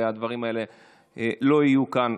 והדברים האלה לא יהיו כאן,